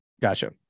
Gotcha